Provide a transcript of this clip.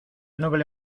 noble